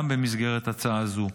גם במסגרת הצעה זו.